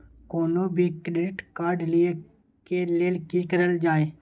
कोनो भी credit card लिए के लेल की करल जाय?